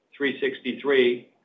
363